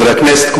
חברי הכנסת,